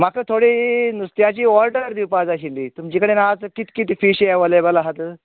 म्हाका थोडी नुसत्याची ऑर्डर दिवपा जाय अशिल्लीं तुमचे कडेन आत कित कितें फिश अवलेबल आसा